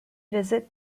visit